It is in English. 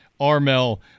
Armel